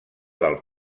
del